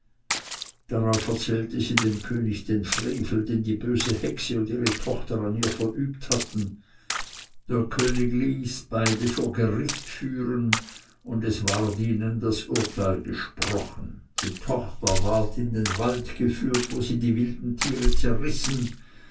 darauf erzählte sie dem könig den frevel den die böse hexe und ihre tochter an ihr verübt hatten der könig ließ beide vor gericht führen und es ward ihnen das urteil gesprochen die tochter ward in den wald geführt wo sie die wilden tiere zerrissen